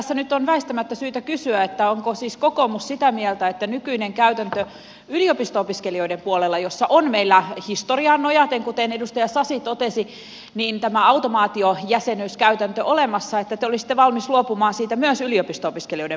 tässä nyt on väistämättä syytä kysyä että onko siis kokoomus sitä mieltä että kun nykyinen käytäntö yliopisto opiskelijoiden puolella on meillä historiaan nojaten kuten edustaja sasi totesi se että tämä automaatiojäsenyyskäytäntö olemassa niin te olisitte valmis luopumaan siitä myös yliopisto opiskelijoiden puolelta